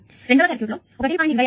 కాబట్టి రెండవ సర్క్యూట్లో 1